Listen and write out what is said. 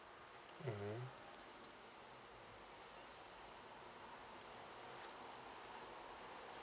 mmhmm